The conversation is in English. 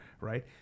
right